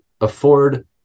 afford